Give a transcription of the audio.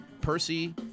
Percy